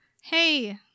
Hey